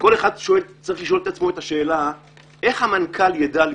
כל אחד צריך לשאול את עצמו את השאלה איך המנכ"ל ידע לבחור.